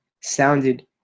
sounded